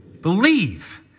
believe